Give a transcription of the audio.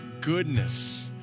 goodness